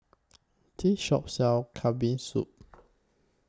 This Shop sells Kambing Soup